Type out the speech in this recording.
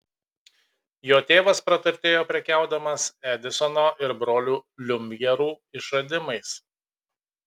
jo tėvas praturtėjo prekiaudamas edisono ir brolių liumjerų išradimais